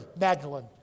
Magdalene